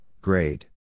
grade